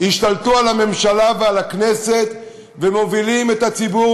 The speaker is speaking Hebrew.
השתלט על הממשלה ועל הכנסת ומוביל את הציבור,